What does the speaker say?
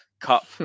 cup